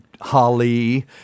Holly